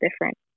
different